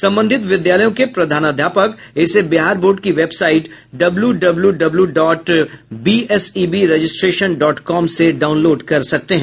संबंधित विद्यालयों के प्रधानाध्यापक इसे बिहार बोर्ड की website W W W dot BSEB registration dot com से डाउनलोड कर सकते हैं